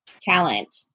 talent